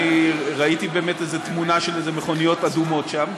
אני ראיתי באמת איזו תמונה של מכוניות אדומות שם.